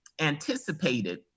anticipated